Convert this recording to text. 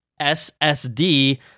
SSD